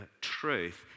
truth